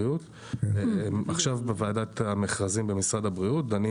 עכשיו בוועדת המכרזים במשרד הבריאות דנים